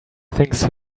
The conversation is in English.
things